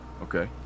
Okay